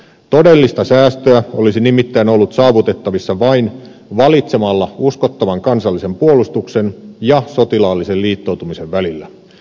todellista säästöä olisi nimittäin ollut saavutettavissa vain valitsemalla uskottavan kansallisen puolustuksen ja sotilaallisen liittoutumisen välillä